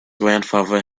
grandfather